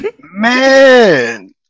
Man